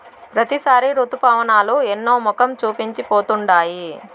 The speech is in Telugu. ప్రతిసారి రుతుపవనాలు ఎన్నో మొఖం చూపించి పోతుండాయి